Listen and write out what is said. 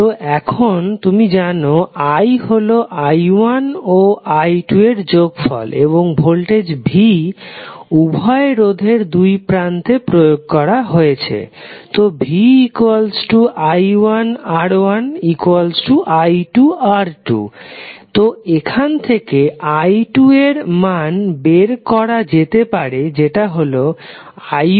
তো এখন তুমি জানো i হলো i1 ও i2 এর যোগফল এবং ভোল্টেজ v উভয় রোধের দুই প্রান্তেই প্রয়োগ করা হয়াছে তো vi1R1i2R2 তো এখান থেকে i2 এর মান বের করা যেতে পারে যেটা হলো i1R1R2